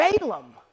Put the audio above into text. Balaam